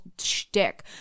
shtick